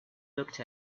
looked